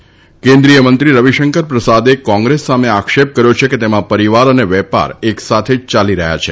ત કેન્દ્રિયમંત્રી રવિશંકર પ્રસાદે કોંગ્રેસ સામે આક્ષેપ કર્યો છે કે તેમાં પરિવાર અને વેપાર એક સાથે જ યાલી રહ્યા છે